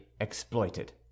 exploited